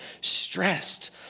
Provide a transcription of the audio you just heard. stressed